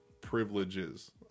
privileges